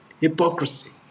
Hypocrisy